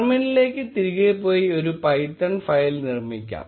ടെർമിനലിലേക്ക് തിരികെ പോയി ഒരു പൈത്തൺ ഫയൽ നിർമിക്കാം